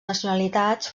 nacionalitats